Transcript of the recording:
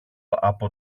από